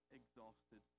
exhausted